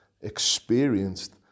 experienced